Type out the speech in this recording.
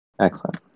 Excellent